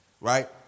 Right